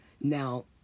Now